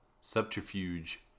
subterfuge